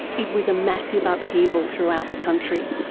it was a massive upheaval throughout the country,